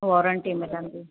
warranty मिलंदी